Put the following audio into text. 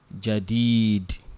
jadid